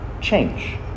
change